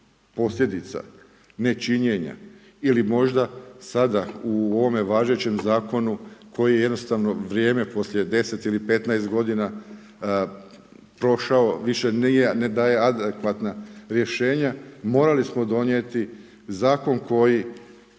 posljedica nečinjenja ili možda sada u ovome važećem Zakonu kojem je jednostavno vrijeme nakon 10 ili 15 godina prošlo i više ne daje adekvatna rješenja morali smo donijeti Zakon koji